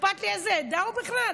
אכפת לי מאיזה עדה הוא בכלל?